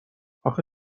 آخه